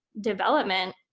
development